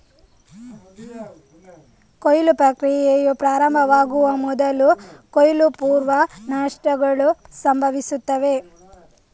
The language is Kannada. ಕೊಯ್ಲು ಪ್ರಕ್ರಿಯೆಯು ಪ್ರಾರಂಭವಾಗುವ ಮೊದಲು ಕೊಯ್ಲು ಪೂರ್ವ ನಷ್ಟಗಳು ಸಂಭವಿಸುತ್ತವೆ